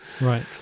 right